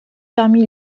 parmi